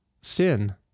sin